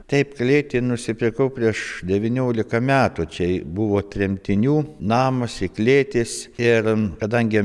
taip klėtį nusipirkau prieš devyniolika metų čia buvo tremtinių namas ir klėtis ir kadangi